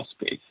space